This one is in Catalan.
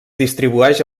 distribueix